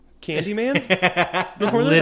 Candyman